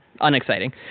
unexciting